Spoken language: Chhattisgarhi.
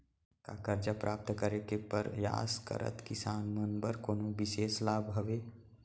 का करजा प्राप्त करे के परयास करत किसान मन बर कोनो बिशेष लाभ हवे?